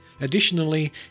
Additionally